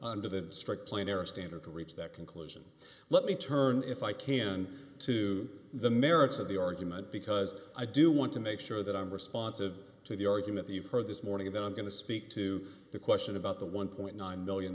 the strict player standard to reach that conclusion let me turn if i can to the merits of the argument because i do want to make sure that i'm responsive to the argument that you've heard this morning that i'm going to speak to the question about the one point nine million